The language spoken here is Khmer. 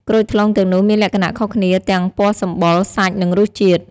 ក្រូចថ្លុងទាំងនោះមានលក្ខណៈខុសគ្នាទាំងពណ៌សម្បុរ សាច់ និងរសជាតិ។